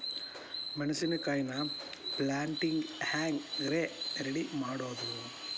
ಮೆಣಸಿನಕಾಯಿನ ಪ್ಯಾಟಿಗೆ ಹ್ಯಾಂಗ್ ರೇ ರೆಡಿಮಾಡೋದು?